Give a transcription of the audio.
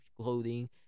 clothing